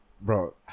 bro